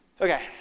Okay